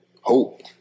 hope